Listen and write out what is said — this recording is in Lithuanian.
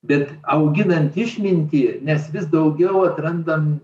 bet auginant išmintį nes vis daugiau atrandam